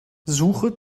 suche